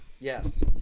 Yes